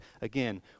again